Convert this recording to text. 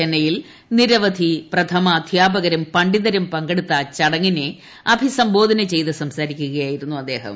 ചെന്നൈയിൽ നിരവധി പ്രഥമ അഭ്ധ്യാപകരും പണ്ഡിതരും പങ്കെടുത്ത ചടങ്ങിനെ അഭിസംബോധന ചെയ്ത് സംസാരിക്കുകയായിരുന്നു് അദ്ദേഹം